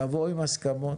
תבואו עם הסכמות.